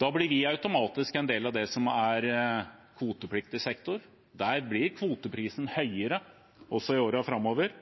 Da bli vi automatisk en del av det som er kvotepliktig sektor. Der blir kvoteprisen høyere også i årene framover.